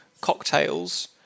cocktails